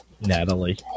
Natalie